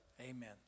Amen